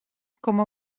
komme